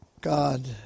God